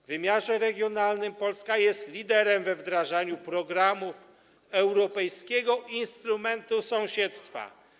W wymiarze regionalnym Polska jest liderem we wdrażaniu programów Europejskiego Instrumentu Sąsiedztwa.